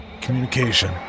Communication